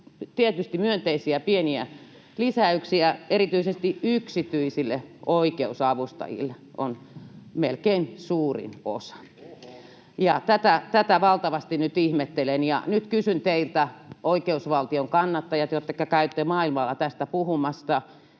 myönteisiä pieniä lisäyksiä, erityisesti yksityisille oikeusavustajille on melkein suurin osa. Tätä valtavasti ihmettelen ja nyt kysyn teiltä, oikeusvaltion kannattajat, jotka käytte maailmalla tästä puhumassa: